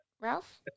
Ralph